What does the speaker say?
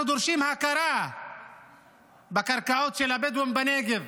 אנחנו דורשים הכרה בקרקעות של הבדואים בנגב.